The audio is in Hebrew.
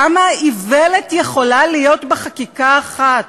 כמה איוולת יכולה להיות בחקיקה אחת?